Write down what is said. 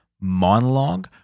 monologue